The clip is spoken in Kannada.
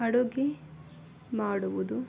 ಅಡುಗೆ ಮಾಡುವುದು